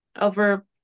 over